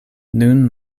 nun